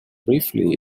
briefly